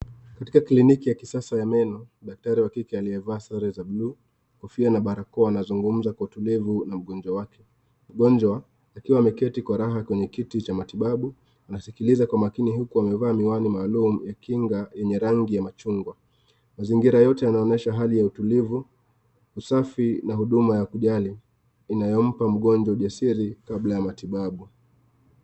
Katika kliniki ya kisasa ya meno , daktari wa kike aliyevaa sare za bluu, kofia na barakoa anazungumza kwa utulivu na mgonjwa wake , mgonjwa akiwa ameketi kwa raha kwenye kiti cha matibabu anaskiliza kwa umakini huku amevaa miwani maalum ya kinga yenye rangi ya machungwa ,mazingira yote yanaonyesha hali ya utulivu ,usafi na huduma ya kujali inayompa mgonjwa ujasili kabla ya matibabu.